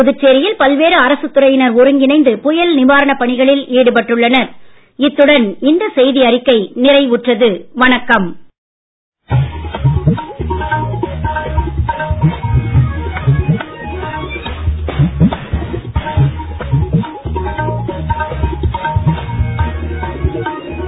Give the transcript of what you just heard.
புதுச்சேரியில் பல்வேறு அரசுத் துறையினர் ஒருங்கிணைந்து புயல் நிவாரணப் பணிகளில் ஈடுபட்டுள்ளனா்